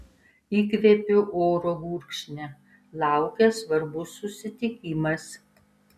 įkvėpiu oro gurkšnį laukia svarbus susitikimas